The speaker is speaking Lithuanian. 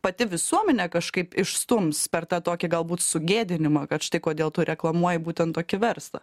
pati visuomenė kažkaip išstums per tą tokį galbūt sugėdinimą kad štai kodėl tu reklamuoji būtent tokį verslą